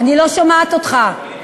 אני לא שומעת אותך.